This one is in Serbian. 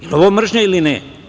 Je li ovo mržnja ili ne?